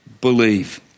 believe